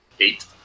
Eight